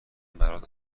برات